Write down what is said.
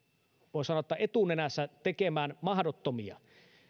voi sanoa etunenässä tekemään mahdottomia